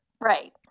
Right